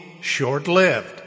short-lived